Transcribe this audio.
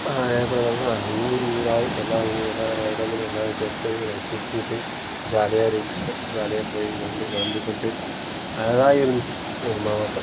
அதேபோல் பார்த்திங்கனா ஊர் ஊராய் எல்லா ஊ எல்லா இடங்களும் எல்லா இடத்துலயும் நாங்கள் சுற்றிட்டு ஜாலியாக இருந்தேன் ஜாலியாக போய் கொண்டு வந்து கொண்டு அழகாக இருந்துச்சு எங்கள் மாவட்டம்